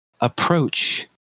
approach